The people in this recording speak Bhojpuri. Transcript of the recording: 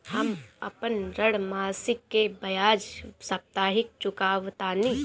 हम अपन ऋण मासिक के बजाय साप्ताहिक चुकावतानी